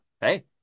hey